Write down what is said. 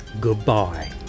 Goodbye